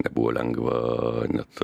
nebuvo lengva net